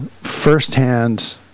firsthand